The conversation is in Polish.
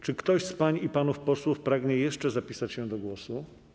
Czy ktoś z pań i panów posłów pragnie jeszcze zapisać się do głosu?